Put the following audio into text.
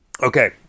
Okay